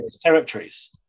territories